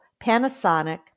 Panasonic